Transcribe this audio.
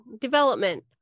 development